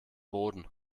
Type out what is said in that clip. boden